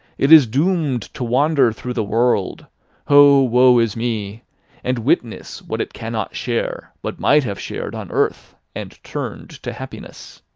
it is doomed to wander through the world oh, woe is me and witness what it cannot share, but might have shared on earth, and turned to happiness!